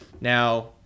Now